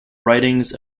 writings